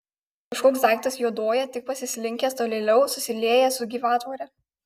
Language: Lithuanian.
kažkoks daiktas juoduoja tik pasislinkęs tolėliau susiliejęs su gyvatvore